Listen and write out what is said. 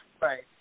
Right